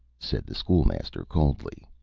said the school-master, coldly.